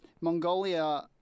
Mongolia